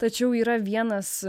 tačiau yra vienas